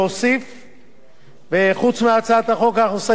חוץ מהצעת החוק אנחנו סגרנו יותר את הקופה הציבורית,